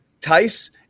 Tice